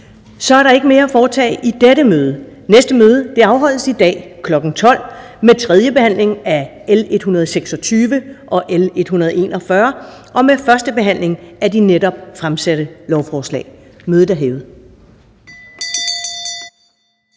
Så er der ikke mere at foretage i dette møde. Folketingets næste møde afholdes i dag kl. 12.00 med tredje behandling af L 126 og L 141 og med første behandling af de netop fremsatte lovforslag. Mødet er hævet.